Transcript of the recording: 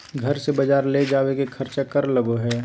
घर से बजार ले जावे के खर्चा कर लगो है?